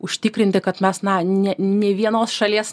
užtikrinti kad mes na ne nei vienos šalies